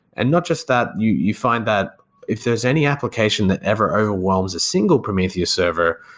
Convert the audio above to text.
and not just that, you you find that if there's any application that ever overwhelms a single prometheus server,